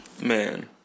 Man